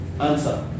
answer